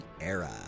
era